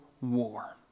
war